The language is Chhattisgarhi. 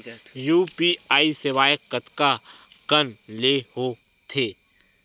यू.पी.आई सेवाएं कतका कान ले हो थे?